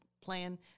Plan